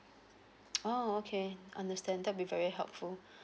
oh okay understand that would be very helpful